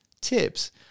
tips